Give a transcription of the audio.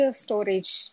storage